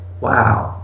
wow